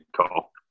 call